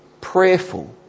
prayerful